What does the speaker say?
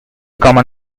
common